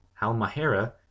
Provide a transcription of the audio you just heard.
Halmahera